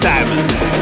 Diamonds